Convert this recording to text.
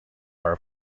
are